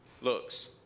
looks